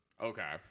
Okay